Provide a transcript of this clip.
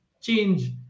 change